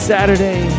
Saturday